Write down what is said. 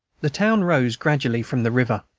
the town rose gradually from the river,